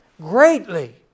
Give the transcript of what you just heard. greatly